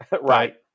Right